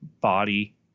body